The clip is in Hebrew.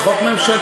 זה חוק ממשלתי.